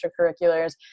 extracurriculars